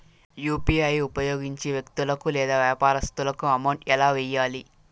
UPI ఉపయోగించి వ్యక్తులకు లేదా వ్యాపారస్తులకు అమౌంట్ ఎలా వెయ్యాలి